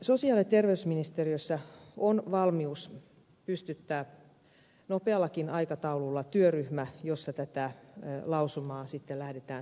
sosiaali ja terveysministeriössä on valmius pystyttää nopeallakin aikataululla työryhmä jossa tätä lausumaa lähdetään selvittämään